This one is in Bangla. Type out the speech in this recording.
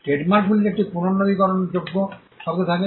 ট্রেডমার্কগুলির একটি পুনর্নবীকরণযোগ্য শব্দ থাকে